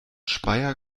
speyer